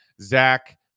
Zach